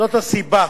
זאת הסיבה